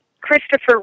Christopher